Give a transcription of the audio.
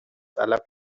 علف